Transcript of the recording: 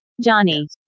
johnny